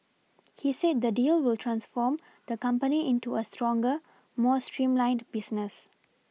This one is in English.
he said the deal will transform the company into a stronger more streamlined business